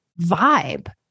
vibe